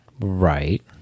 Right